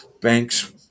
banks